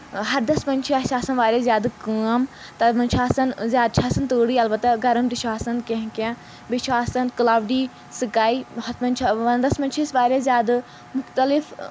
ہردس منٛز چھِ اَسہِ آسان واریاہ زیادٕ کٲم تَتھ منٛز چھِ آسان زیادٕ چھِ آسان تۭرٕے البتہ گرم تہِ چھُ آسان کینٛہہ کینٛہہ بیٚیہِ چھُ آسان کٔلَوڈی سٔکے ہُتھ منٛز چھُ وَندَس منٛز چھِ أسۍ واریاہ زیادٕ مُختلف